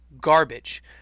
garbage